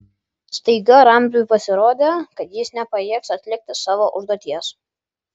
staiga ramziui pasirodė kad jis nepajėgs atlikti savo užduoties